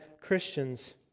Christians